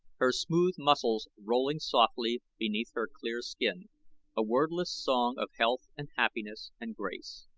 her smooth muscles rolling softly beneath her clear skin a wordless song of health and happiness and grace.